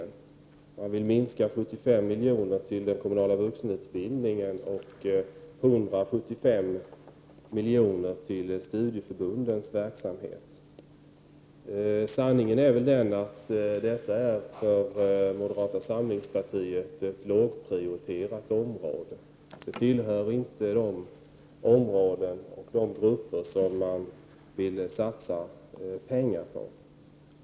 Jo, moderaterna vill minska anslaget till den kommunala vuxenutbildningen med 75 miljoner och till studieförbundens verksamhet med 175 miljoner. Sanningen är väl den att detta är ett lågprioriterat område för moderata samlingspartiet. Det tillhör inte de områden och de grupper som man vill satsa pengar på.